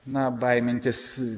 na baimintis